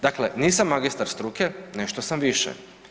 Dakle, nisam magistar struke, nešto sam više.